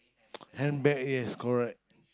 handbag yes is correct